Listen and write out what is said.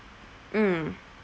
mm